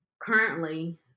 Currently